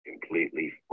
completely